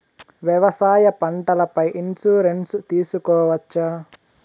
వ్యవసాయ పంటల పై ఇన్సూరెన్సు తీసుకోవచ్చా?